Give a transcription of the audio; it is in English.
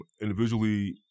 individually